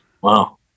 Wow